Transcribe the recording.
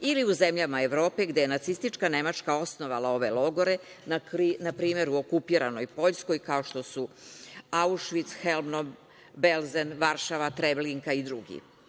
ili u zemljama Evrope, gde je nacistička Nemačka osnovala ove logore npr. u okupiranoj Poljskoj, kao što su Aušvic, Belzen, Varšava, Trevlinka i drugi.